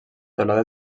teulada